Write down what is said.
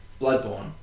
Bloodborne